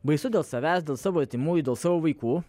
baisu dėl savęs dėl savo artimųjų dėl savo vaikų